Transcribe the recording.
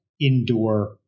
indoor